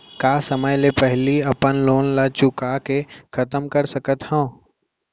का समय ले पहिली में अपन लोन ला चुका के खतम कर सकत हव?